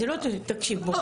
זה לא, תקשיב, בוא.